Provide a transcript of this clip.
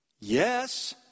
Yes